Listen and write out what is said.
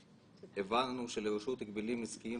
אותי זה קצת מאכזב.